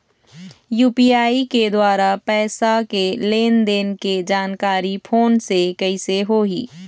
UPI के द्वारा पैसा के लेन देन के जानकारी फोन से कइसे होही?